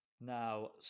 Now